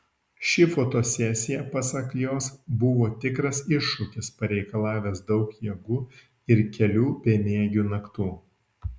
ši fotosesija pasak jos buvo tikras iššūkis pareikalavęs daug jėgų ir kelių bemiegių naktų